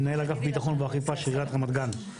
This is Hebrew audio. מנהל אגף ביטחון ואכיפה של עיריית רמת גן,